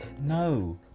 No